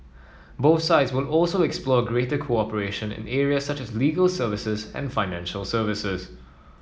both sides will also explore greater cooperation in areas such as legal services and financial services